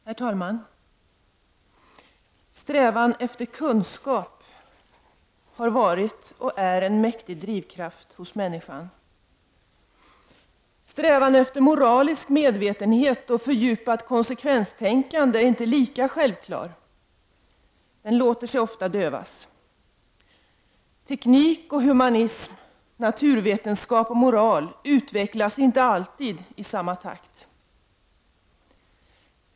Herr talman! Strävan efter kunskap har varit, och är, en mäktig drivkraft hos människan. Men strävan efter moralisk medvetenhet och ett fördjupat konsekvenstänkande är inte lika självklar. Den låter sig ofta dövas. Teknik, humanism, naturvetenskap och moral utvecklas inte alltid i samma takt.